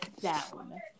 down